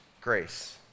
grace